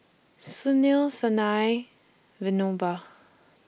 Sunil Sanal Vinoba